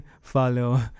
follow